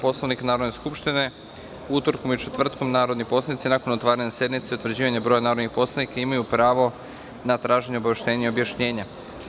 Poslovnika Narodne skupštine, utorkom i četvrtkom narodni poslanici nakon otvaranje sednice utvrđivanje broja narodnih poslanika imaju pravo na traženju obaveštenja i objašnjenja.